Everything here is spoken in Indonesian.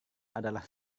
adalah